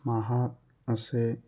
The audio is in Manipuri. ꯃꯍꯥꯛ ꯑꯁꯦ